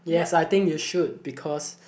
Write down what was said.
yes I think you should because